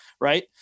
right